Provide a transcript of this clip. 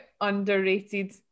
underrated